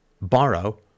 borrow